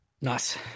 Nice